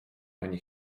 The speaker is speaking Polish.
ani